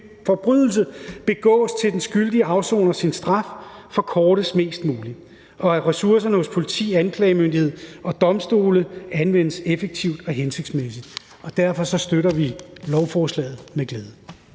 forbrydelse begås, til den skyldige afsoner sin straf, forkortes mest muligt, og at ressourcerne hos politi og anklagemyndighed og domstole anvendes effektivt og hensigtsmæssigt. Derfor støtter vi lovforslaget med glæde.